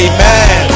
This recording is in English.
Amen